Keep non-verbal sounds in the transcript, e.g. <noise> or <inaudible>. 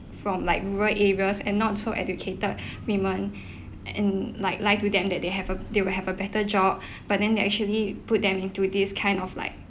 from like rural areas and not so educated <breath> women and like lie to them that they have a they will have a better job <breath> but then they actually put them into this kind of like